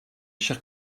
chers